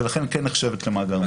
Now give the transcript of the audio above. ולכן כן נחשבת למאגר מידע.